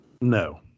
no